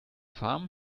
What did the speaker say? farm